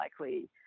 likely